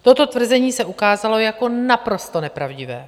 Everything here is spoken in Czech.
Toto tvrzení se ukázalo jako naprosto nepravdivé.